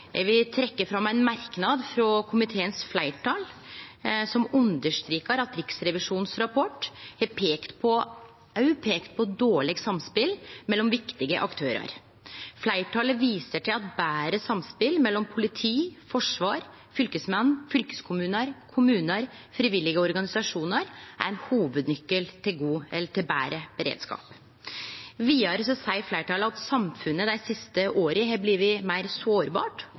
Eg vil trekkje fram ein merknad frå fleirtalet i komiteen, som understrekar at Riksrevisjonens rapport òg har peikt på dårleg samspel mellom viktige aktørar. Fleirtalet viser til at betre samspel mellom politi, forsvar, fylkesmenn, fylkeskommunar, kommunar og friviljuge organisasjonar er ein hovudnykel til betre beredskap. Vidare seier fleirtalet at samfunnet dei siste åra har blitt meir sårbart